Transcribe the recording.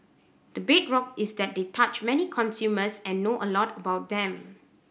the bedrock is that they touch many consumers and know a lot about them